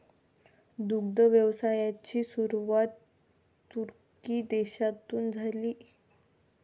दुग्ध व्यवसायाची सुरुवात तुर्की देशातून झाली